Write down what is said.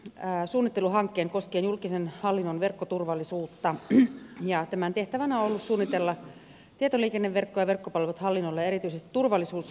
valtioneuvosto asetti suunnitteluhankkeen koskien julkisen hallinnon verkkoturvallisuutta ja tämän tehtävänä on ollut suunnitella tietoliikenneverkko ja verkkopalvelut hallinnolle ja erityisesti turvallisuusviranomaiselle